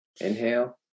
Inhale